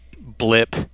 blip